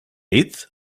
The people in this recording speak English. eighth